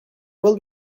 will